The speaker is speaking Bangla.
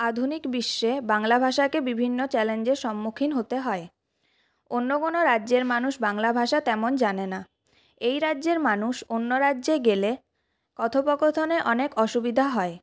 আধুনিক বিশ্বে বাংলা ভাষাকে বিভিন্ন চ্যালেঞ্জের সম্মুখীন হতে হয় অন্য কোনও রাজ্যের মানুষ বাংলা ভাষা তেমন জানে না এই রাজ্যের মানুষ অন্য রাজ্যে গেলে কথোপকথনে অনেক অসুবিধা হয়